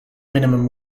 minimum